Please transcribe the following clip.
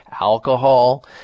Alcohol